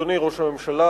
אדוני ראש הממשלה,